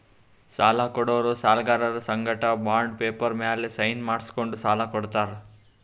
ಸಾಲ ಕೊಡೋರು ಸಾಲ್ಗರರ್ ಸಂಗಟ ಬಾಂಡ್ ಪೇಪರ್ ಮ್ಯಾಲ್ ಸೈನ್ ಮಾಡ್ಸ್ಕೊಂಡು ಸಾಲ ಕೊಡ್ತಾರ್